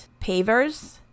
pavers